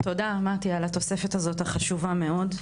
תודה, מטי, על התוספת הזו החשובה מאוד.